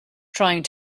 trying